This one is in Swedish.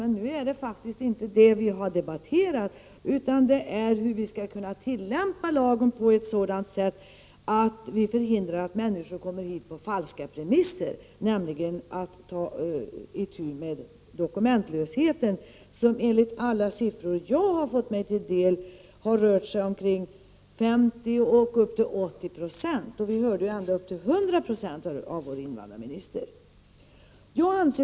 Men nu är det faktiskt inte detta vi debatterar, utan hur vi skall tillämpa lagen på ett sådant sätt att vi hindrar att människor kommer hit på falska premisser, dvs. utan dokument. Enligt de siffror som jag har fått mig till del rör sig dokumentlösheten om 50-80 96 av fallen, ja ända upp till 100 26, som vi fick höra av invandrarministern.